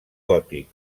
gòtic